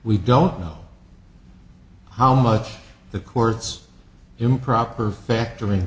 we don't know how much the court's improper factor